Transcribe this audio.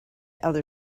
other